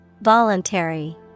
Voluntary